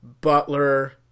Butler